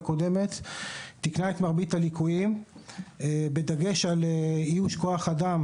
קודמת ותיקנה את מרבית הליקויים בדגש על איוש כוח אדם,